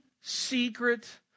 secret